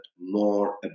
more